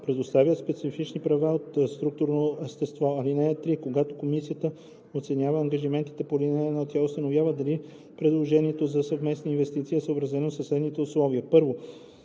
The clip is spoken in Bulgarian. предоставят специфични права от структурно естество. (3) Когато комисията оценява ангажиментите по ал. 1, тя установява дали предложението за съвместни инвестиции е съобразено със следните условия: